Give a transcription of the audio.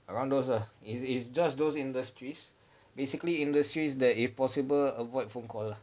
around those lah is is just those industries basically industries that if possible avoid phone call lah